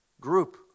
group